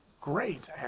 great